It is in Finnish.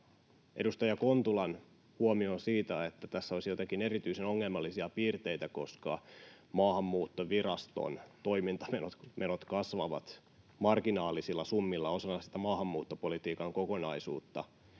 edustaja Kontulan huomioon siitä, että tässä olisi jotenkin erityisen ongelmallisia piirteitä, koska Maahanmuuttoviraston toimintamenot kasvavat marginaalisilla summilla osana maahanmuuttopolitiikan kokonaisuutta